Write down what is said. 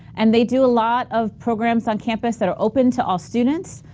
and they do a lot of programs on campus that are open to all students.